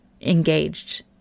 engaged